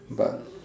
but